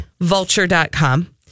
Vulture.com